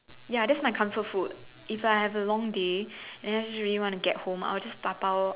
ya that's my comfort food if I have a long day and I just really want to get home I'll just dabao